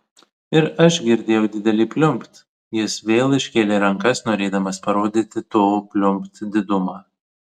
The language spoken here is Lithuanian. ir aš girdėjau didelį pliumpt jis vėl iškėlė rankas norėdamas parodyti to pliumpt didumą